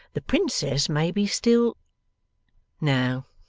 the princess may be still no,